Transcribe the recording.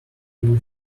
who